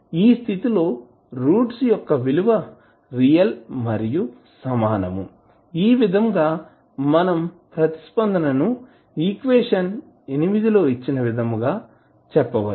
ఈ స్థితిలో రూట్స్ యొక్క విలువ రియల్ మరియు సమానం ఈ విధంగా మనం ప్రతిస్పందనను ఈక్వేషన్ లో ఇచ్చిన విధంగా చెప్పవచ్చు